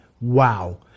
wow